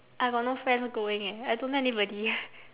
I got no friends going eh I don't know anybody